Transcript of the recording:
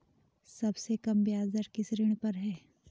सबसे कम ब्याज दर किस ऋण पर है?